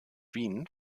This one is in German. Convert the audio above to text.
wien